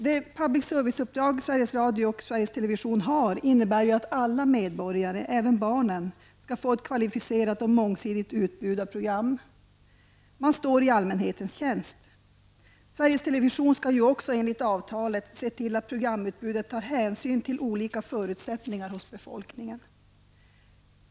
Det public service-uppdrag som Sveriges Radio och Sveriges Television har innebär ju att alla medborgare, även barnen, skall få ett kvalificerat och mångsidigt utbud av program. Man står i allmänhetens tjänst. Sveriges Television skall också enligt avtalet se till att i programutbudet ta hänsyn till olika förutsättningar hos befolkningen.